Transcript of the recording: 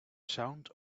sound